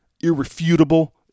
irrefutable